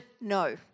no